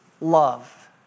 love